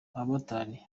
abamotari